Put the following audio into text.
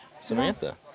Samantha